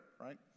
right